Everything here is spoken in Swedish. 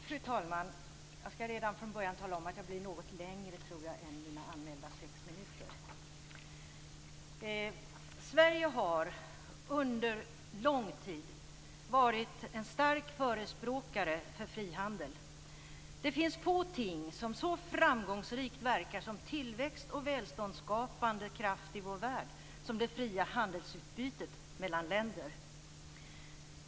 Fru talman! Jag skall redan från början tala om att jag kommer att hålla på något längre än mina anmälda sex minuter. Sverige har under lång tid varit en stark förespråkare för frihandel. Det finns få ting som så framgångsrikt verkar som tillväxt och välståndsskapande kraft i vår värld som det fria handelsutbytet mellan länder.